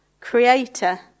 Creator